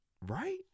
Right